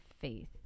faith